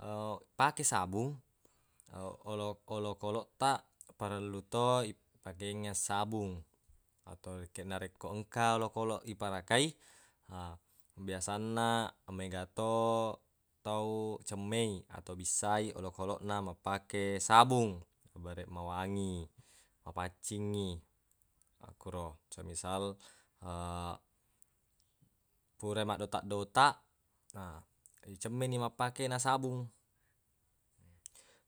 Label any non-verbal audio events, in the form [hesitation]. [hesitation] pake sabung olokoloq taq parellu to ipakengeng sabung atau rekeng narekko engka olokoloq iparakai ha biasanna mega to tau cemmei atau bissai olokoloq na mappake sabung bareq mawangi mapaccingngi makkuro semisal [hesitation] pura maddotaq-dotaq na icemmeni mappake na sabung